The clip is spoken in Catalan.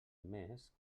més